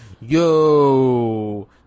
yo